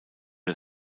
der